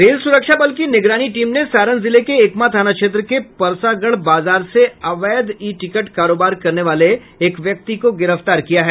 rail सुरक्षा बल की निगरानी टीम ने सारण जिले के एकमा थाना क्षेत्र के परसागढ़ बाजार से अवैध ई टिकट कारोबार करने वाले एक व्यक्ति को गिरफ्तार किया है